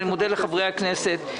אני מודה לחברי הכנסת.